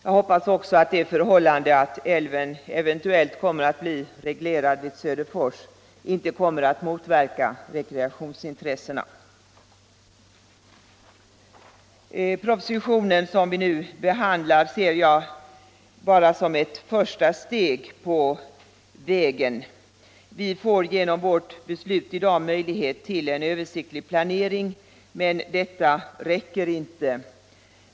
Jag hoppas också att även om älven eventuellt skulle komma att bli reglerad vid Söderfors detta inte kommer att motverka rekreationsintressena. Den proposition som vi nu behandlar ser jag bara som ett första steg på vägen mot en ny rekreationspolitik. Vi får genom vårt beslut i dag möjlighet till en översiktlig planering, men detta räcker inte.